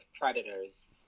predators